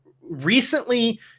recently